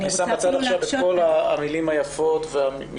אני שם בצד עכשיו את כל המילים היפות והמשפטיות.